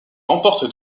remporte